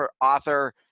author